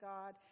God